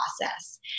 process